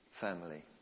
family